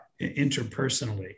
interpersonally